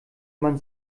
man